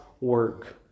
work